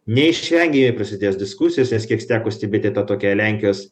neišvengiamai jie prasidės diskusijos nes kiek steko stebėti tą tokią lenkijos